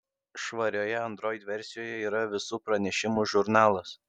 švarioje android versijoje yra visų pranešimų žurnalas